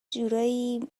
جورایی